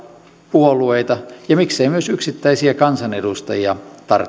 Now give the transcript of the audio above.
puolueita ja miksei myös yksittäisiä kansanedustajia tarttumaan